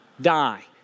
Die